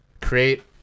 create